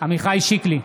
עמיחי שיקלי,